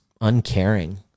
uncaring